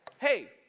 hey